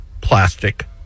plastic